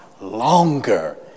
longer